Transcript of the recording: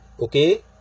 okay